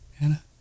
Anna